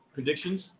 Predictions